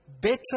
better